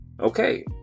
okay